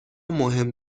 مهم